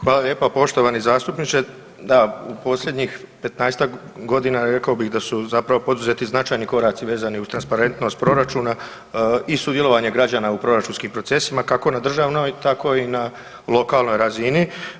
Hvala lijepa poštovani zastupniče, da u posljednjih 15-tak godina rekao bih da su zapravo poduzeti značajni koraci vezani uz transparentnost proračuna i sudjelovanje građana u proračunskim procesima kako na državnoj tako i na lokalnoj razini.